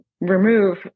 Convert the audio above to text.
remove